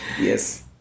yes